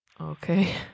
Okay